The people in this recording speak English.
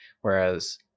Whereas